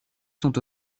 sont